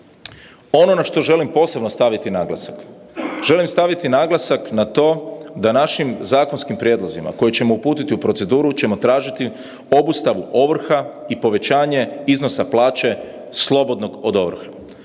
Ono na što želim posebno staviti naglasak, želim staviti naglasak na to da našim zakonskim prijedlozima koje ćemo uputiti u proceduru ćemo tražiti obustavu ovrha i povećanje iznosa plaće slobodnog od ovrha